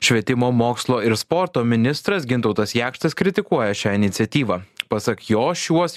švietimo mokslo ir sporto ministras gintautas jakštas kritikuoja šią iniciatyvą pasak jo šiuos